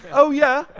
oh yeah?